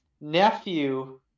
nephew